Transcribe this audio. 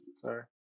Sorry